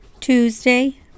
tuesday